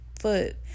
foot